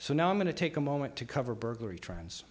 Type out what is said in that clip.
so now i'm going to take a moment to cover burglary trends